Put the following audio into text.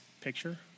picture